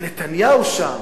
ונתניהו שם,